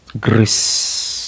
grace